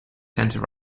centre